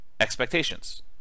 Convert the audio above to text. expectations